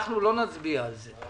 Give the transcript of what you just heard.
אנחנו לא נצביע על זה.